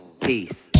Peace